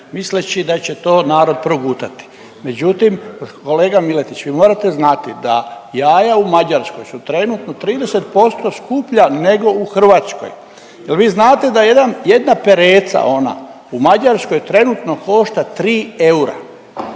misleći da će to narod progutati. Međutim, kolega Miletiću, vi morate znati da jaja u Mađarskoj su trenutno 30% skuplja nego u Hrvatskoj. Je li vi znate da jedan, jedna pereca ona u Mađarskoj trenutno košta 3 eura?